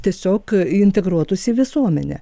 tiesiog integruotųsi į visuomenę